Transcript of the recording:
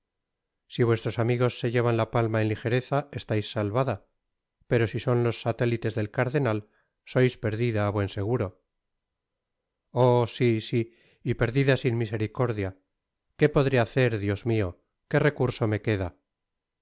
si vuestros amigos se llevan la palma en ligereza estais salvada pero si son los satélites del cardenal sois perdida á buen seguro oh si si i y perdida sin misericordia qué podré hacer dios mio qué recurso me queda